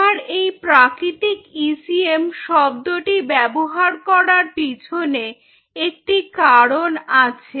আমার এই প্রাকৃতিক ইসিএম শব্দটি ব্যবহার করার পিছনে একটি কারণ আছে